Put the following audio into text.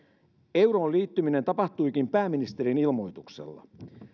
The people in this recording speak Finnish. euroon liittyminen tapahtuikin pääministerin ilmoituksella